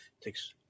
takes